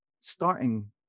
starting